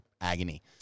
agony